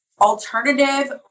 alternative